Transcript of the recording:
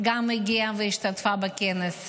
גם הגיעה והשתתפה בכנס.